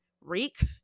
Reek